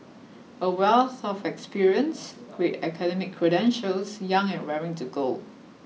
a wealth of experience great academic credentials young and raring to go